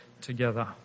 together